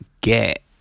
get